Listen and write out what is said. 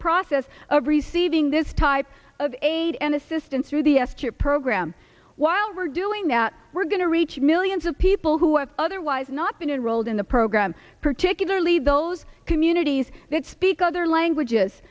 process of receiving this type of aid and assistance through the s chip program while we're doing that we're going to reach millions of people who have otherwise not been enrolled in the program particularly those communities that speak other languages